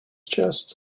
chest